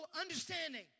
understanding